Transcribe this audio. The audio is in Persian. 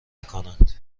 میکنند